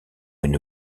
une